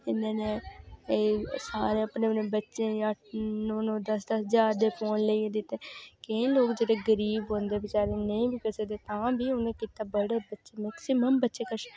इन्ने इन्ने एह् सारें अपने बच्चें नौ नौ दस्स दस्स ज्हार दे फोन लेई दित्ते केईं लोक बेचारे गरीब बी होंदे नेईं करी सकदे तां होंदी उ'नें नेईं कीता मेक्सीमम बड़ें बच्चें कश